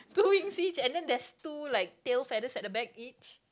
two wings each and then there's two like tail feathers at the back each